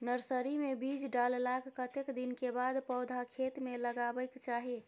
Nursery मे बीज डाललाक कतेक दिन के बाद पौधा खेत मे लगाबैक चाही?